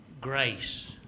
grace